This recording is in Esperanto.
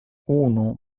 unu